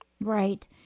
Right